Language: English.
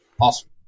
Awesome